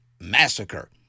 massacre